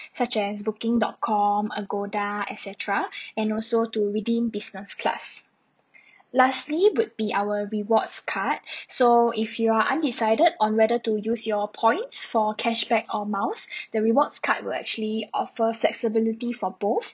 such as booking dot com agoda et cetera and also to redeem business class lastly would be our rewards card so if you are undecided on whether to use your points for cashback or miles the rewards card will actually offer flexibility for both